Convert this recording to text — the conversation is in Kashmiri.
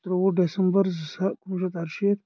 ترٛووُہ ڈیسمبر زٕ ساس کُنوُہ شیٚتھ ارٕشیٖتھ